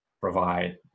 provide